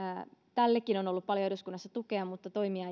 tällekin on ollut eduskunnassa paljon tukea mutta toimia